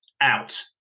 out